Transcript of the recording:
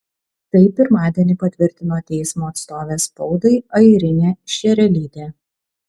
tai pirmadienį patvirtino teismo atstovė spaudai airinė šerelytė